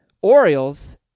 Orioles